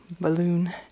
balloon